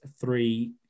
three